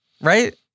Right